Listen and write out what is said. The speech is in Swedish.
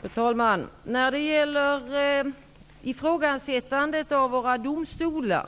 Fru talman! När det gäller ifrågasättandet av våra domstolar